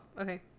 Okay